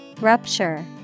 Rupture